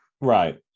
Right